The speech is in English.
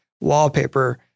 wallpaper